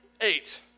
eight